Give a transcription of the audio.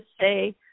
say